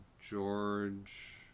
George